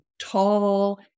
tall